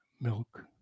Milk